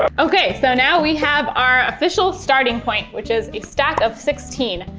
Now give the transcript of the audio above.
um okay, so now we have our official starting point which is a stack of sixteen.